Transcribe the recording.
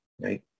right